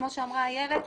כמו שאמרה איילת,